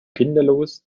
kinderlos